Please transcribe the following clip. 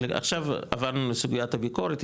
עכשיו עברנו לסוגיית הביקורת,